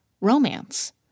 romance